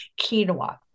quinoa